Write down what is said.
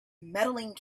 medaling